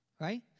right